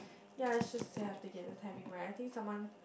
ya it's just they have to get the timing right I think someone